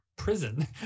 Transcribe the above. prison